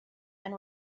and